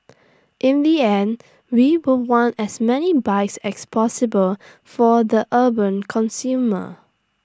in the end we will want as many bikes as possible for the urban consumer